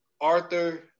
Arthur